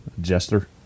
Jester